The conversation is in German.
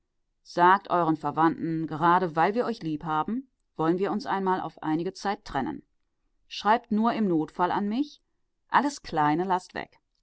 sagt euren verwandten gerade weil wir uns lieb haben wollen wir uns einmal auf einige zeit trennen schreibt nur im notfall an mich alles kleine laßt weg